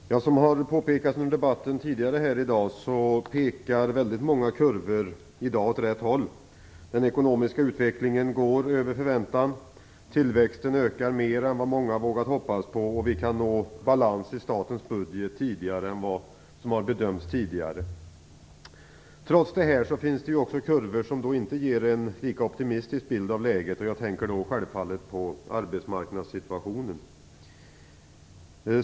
Fru talman! Som har påpekats under debatten tidigare i dag pekar väldigt många kurvor i dag åt rätt håll. Den ekonomiska utvecklingen går över förväntan, tillväxten ökar mer än vad många vågat hoppas på, och vi kan nå balans i statens budget tidigare än vad som bedömts möjligt tidigare. Trots detta finns kurvor som inte ger en lika optimistisk bild av läget. Jag tänker då självfallet på arbetsmarknadssituationen.